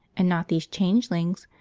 and not these changelings,